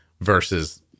versus